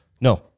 No